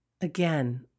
Again